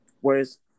Whereas